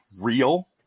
real